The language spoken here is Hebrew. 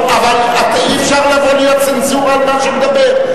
אבל אי-אפשר לבוא להיות צנזורה על מה שהוא מדבר.